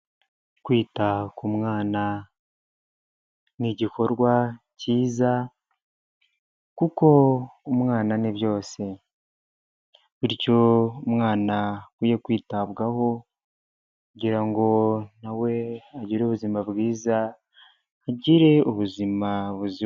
Kwita ku mwana, ni igikorwa cyiza kuko umwana ni byose. Bityo umwana akwiye kwitabwaho kugira ngo na we agire ubuzima bwiza, agire ubuzima buzima.